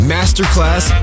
Masterclass